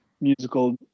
musical